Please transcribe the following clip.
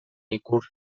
ikur